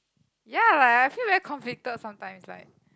ya like I feel very conflicted sometimes like